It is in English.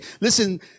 Listen